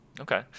Okay